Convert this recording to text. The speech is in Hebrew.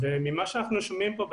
אלא שממה שאנחנו שומעים פה בדיון,